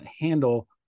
handle